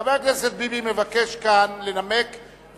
חבר הכנסת ביבי מבקש כאן לנמק,